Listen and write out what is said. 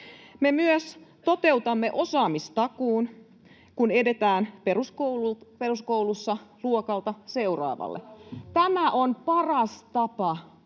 Me myös toteutamme osaamistakuun, kun edetään peruskoulussa luokalta seuraavalle. Tämä on paras tapa auttaa